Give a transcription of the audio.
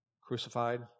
crucified